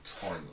toilet